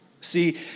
See